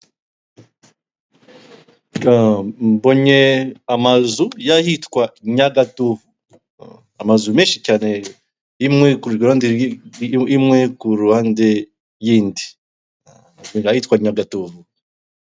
Mbonye amazu y'ahitwa Nyagatovu. Amazu menshi cyane imwe ku ruhande y'indi. Ni ahitwa Nyagatovu.